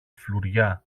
φλουριά